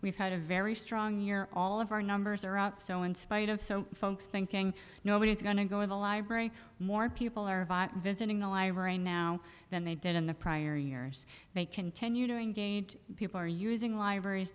we've had a very strong year all of our numbers are out so in spite of so folks thinking nobody's going to go to the library more people are visiting the irene now than they did in the prior years they continue to engage people are using libraries